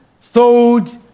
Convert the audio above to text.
sold